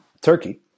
Turkey